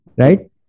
Right